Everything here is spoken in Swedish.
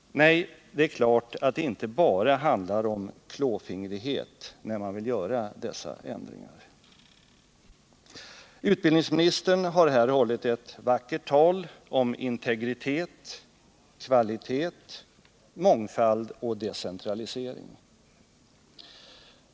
Nej, det är klart att det inte bara handlar om klåfingrighet när man vill göra dessa ändringar. Utbildningsministern har här hållit ett vackert tal om integritet, kvalitet, mångfald och decentralisering.